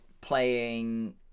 playing